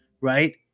Right